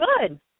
good